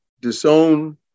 disown